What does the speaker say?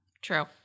True